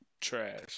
Trash